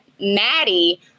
Maddie